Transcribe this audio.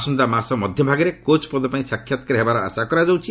ଆସନ୍ତା ମାସ ମଧ୍ୟଭାଗରେ କୋଚ୍ ପଦ ପାଇଁ ସାକ୍ଷାତକାର ହେବାର ଆଶା କରାଯାଉଛି